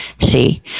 See